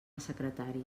secretari